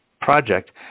project